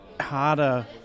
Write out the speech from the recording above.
harder